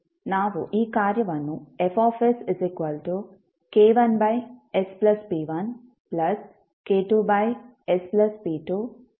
ನಾವು ಈ ಕಾರ್ಯವನ್ನು Fsk1sp1 k2sp2